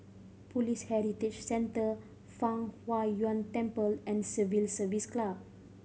Police Heritage Centre Fang Huo Yuan Temple and Civil Service Club